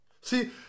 See